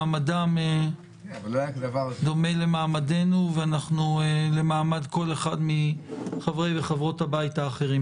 מעמדם דומה למעמדנו ולמעמד כל אחד מחברי וחברות הבית האחרים.